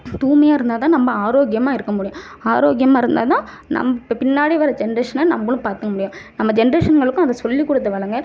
தூய்மையாக இருந்தாதான் நம்ம ஆரோக்கியமாக இருக்க முடியும் ஆரோக்கியமாக இருந்தால் தான் நம்ம பின்னாடி வர ஜென்ரேஷன நம்மளும் பார்த்துக்க முடியும் நம்ம ஜெனரேஷன்களுக்கு அதை சொல்லி கொடுத்து வளருங்க